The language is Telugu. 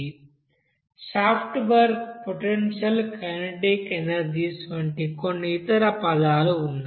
shaft work potential kinetic energies వంటి కొన్ని ఇతర పదాలు ఉన్నాయి